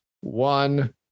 one